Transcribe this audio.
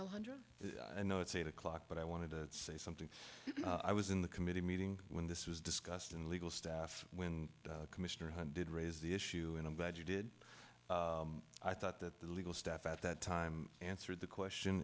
hundred i know it's eight o'clock but i want to say something i was in the committee meeting when this was discussed in legal staff when commissioner one did raise the issue and i'm glad you did i thought that the legal staff at that time answered the question